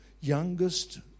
youngest